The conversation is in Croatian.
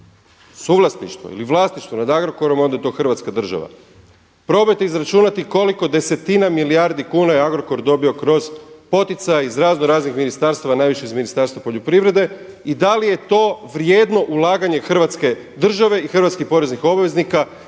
suvlasništvo ili vlasništvo nad Agrokorom onda je to Hrvatska država. Probajte izračunati koliko desetina milijardi kuna je Agrokor dobio kroz poticaj iz raznoraznih ministarstava, a najviše iz Ministarstva poljoprivrede i da li je to vrijedno ulaganje Hrvatske države i hrvatskih poreznih obveznika